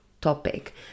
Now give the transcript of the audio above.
topic